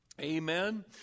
Amen